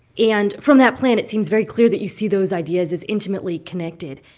and from that plan, it seems very clear that you see those ideas as intimately connected.